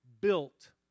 built